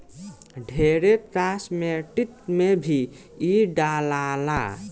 ढेरे कास्मेटिक में भी इ डलाला